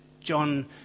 John